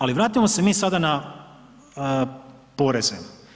Ali vratimo se mi sada na poreze.